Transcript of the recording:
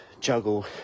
juggle